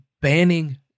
banning